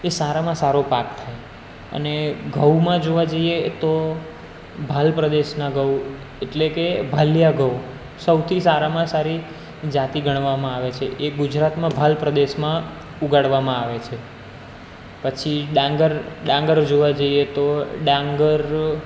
એ સારામાં સારો પાક થાય અને ઘઉંમાં જોવા જઈએ તો ભાલ પ્રદેશના ઘઉં એટલે કે ભાલીયાં ઘઉં સૌથી સારામાં સારી જાતિ ગણવામાં આવે છે એ ગુજરાતમાં ભાલ પ્રદેશમાં ઉગાળવામાં આવે છે પછી ડાંગર ડાંગર જોવા જઈએ તો ડાંગર